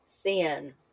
sin